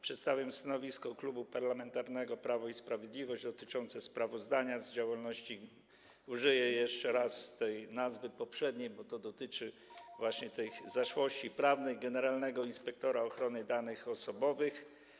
Przedstawiam stanowisko Klubu Parlamentarnego Prawo i Sprawiedliwość dotyczące sprawozdania z działalności - użyję jeszcze raz poprzedniej nazwy, bo to dotyczy właśnie tych zaszłości prawnych - generalnego inspektora ochrony danych osobowych.